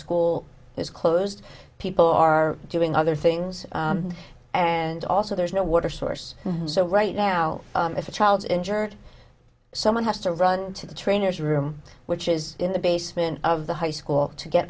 school is closed people are doing other things and also there's no water source so right now if a child is injured someone has to run to the trainer's room which is in the basement of the high school to get